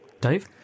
Dave